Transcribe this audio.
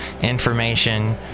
information